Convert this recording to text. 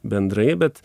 bendrai bet